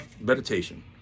meditation